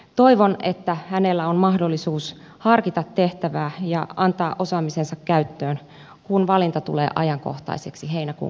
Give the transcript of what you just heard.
toivon että hänellä on mahdollisuus harkita tehtävää ja antaa osaamisensa käyttöön kun valinta tulee ajankohtaiseksi heinäkuun kokouksessa